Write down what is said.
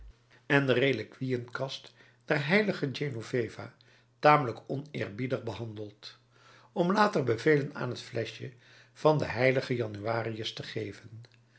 en de reliquieënkast der h genoveva tamelijk oneerbiedig behandeld om later bevelen aan het fleschje van den h januarius te geven